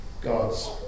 gods